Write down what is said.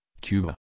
Cuba